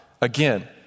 again